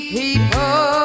people